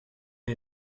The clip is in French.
est